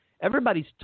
everybody's